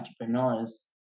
entrepreneurs